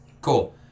cool